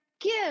give